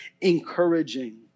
encouraging